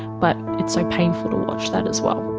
but it's so painful to watch that as well.